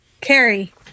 Carrie